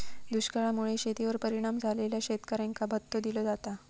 दुष्काळा मुळे शेतीवर परिणाम झालेल्या शेतकऱ्यांका भत्तो दिलो जाता